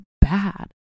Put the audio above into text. bad